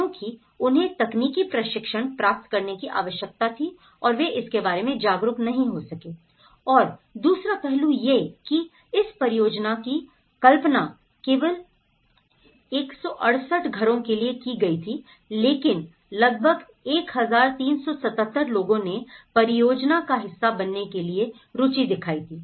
क्योंकि उन्हें तकनीकी प्रशिक्षण प्राप्त करने की आवश्यकता थी और वे इसके बारे में जागरूक नहीं हो सके और दूसरा पहलू यह है कि इस परियोजना की कल्पना केवल 168 घरों के लिए की गई थी लेकिन लगभग 1377 लोगों ने परियोजना का हिस्सा बनने के लिए रुचि दिखाई थी